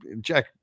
Jack